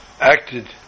acted